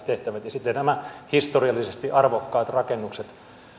tehtävät ja sitten nämä historiallisesti arvokkaat rakennukset